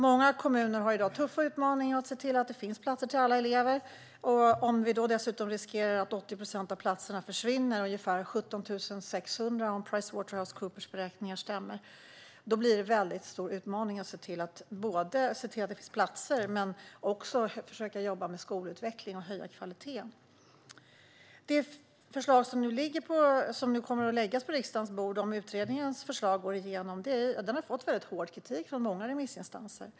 Många kommuner har i dag tuffa utmaningar för att se till att det finns platser för alla elever. Om dessutom 80 procent av platserna riskerar att försvinna - ungefär 17 600 platser, om Pricewaterhousecoopers beräkningar stämmer - blir det en väldigt stor utmaning att se till att det finns platser, att försöka att jobba med skolutveckling och att höja kvaliteten. Det förslag som nu kommer att läggas på riksdagens bord om utredningens förslag går igenom har fått mycket hård kritik från många remissinstanser.